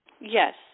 yes